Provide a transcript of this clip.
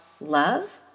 love